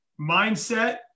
Mindset